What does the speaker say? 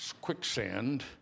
quicksand